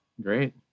Great